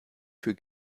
für